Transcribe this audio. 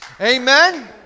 Amen